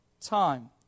time